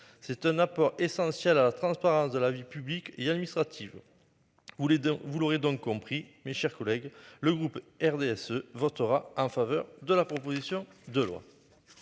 C'est un apport essentiel à la transparence de la vie publique et administrative. Vous voulez dire, vous l'aurez donc compris mes chers collègues, le groupe RDSE votera en faveur de la proposition de loi.